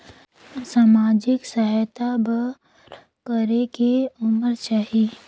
समाजिक सहायता बर करेके उमर चाही?